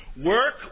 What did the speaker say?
Work